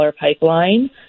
pipeline